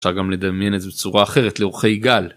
אפשר גם לדמיין את זה בצורה אחרת לאורכי גל.